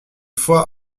fois